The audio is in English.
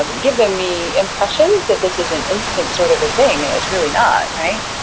um give them the impression that this is an instant sort of a thing, and it's really not, right?